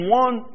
one